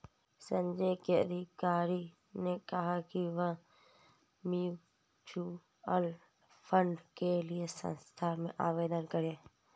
संजय के अधिकारी ने कहा कि वह म्यूच्यूअल फंड के लिए संस्था में आवेदन करें